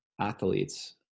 athletes